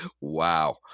Wow